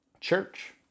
church